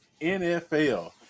NFL